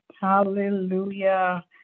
Hallelujah